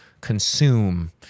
consume